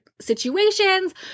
situations